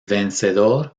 vencedor